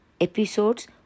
episodes